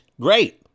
great